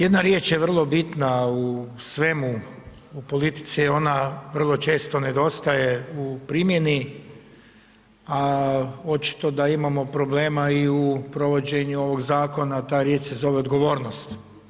Jedna riječ je vrlo bitna u svemu u politici ona vrlo često nedostaje u primjeni, a očito da imamo problema i u provođenju ovog zakona, a ta riječ se zove odgovornost.